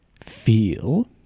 feel